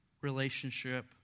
relationship